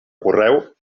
correu